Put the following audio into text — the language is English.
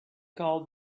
called